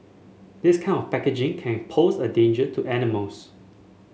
this kind of packaging can pose a danger to animals